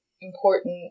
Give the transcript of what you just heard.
important